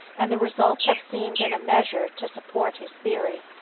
and the results have seemed in a measure to support his theory.